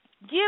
Give